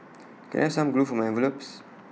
can I some glue for my envelopes